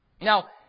Now